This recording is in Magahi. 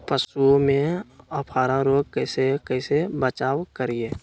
पशुओं में अफारा रोग से कैसे बचाव करिये?